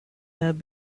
have